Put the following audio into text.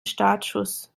startschuss